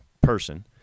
person